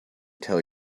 tell